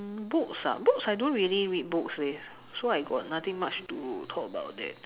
mm books ah books I don't really read books leh so I got nothing much to talk about that